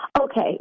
Okay